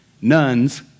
nuns